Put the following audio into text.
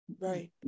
Right